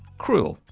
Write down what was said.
cruel,